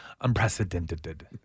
unprecedented